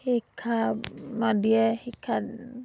শিক্ষ দিয়ে শিক্ষা